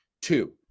Two